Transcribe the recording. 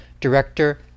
director